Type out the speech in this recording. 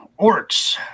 orcs